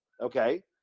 Okay